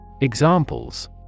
Examples